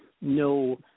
no